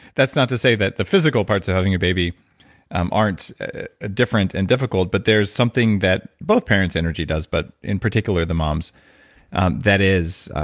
that's not to say that the physical parts of having a baby um aren't ah different and difficult but there's something that both parents energy does, but in particular the moms' that is.